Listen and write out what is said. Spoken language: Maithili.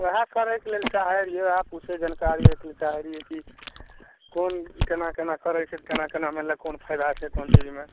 वएह करयके लेल चाहय रहियै वएह पूछय जानकारीके लेल चाहय रहियै कि कोन केना केना करय छै केना केना मनलक कोन फायदा छै कोन चीजमे